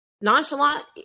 nonchalant